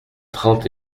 trente